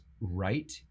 right